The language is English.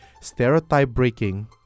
stereotype-breaking